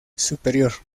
superior